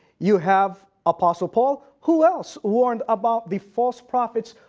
you have apostle paul, who else warned about the false prophets,